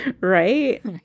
Right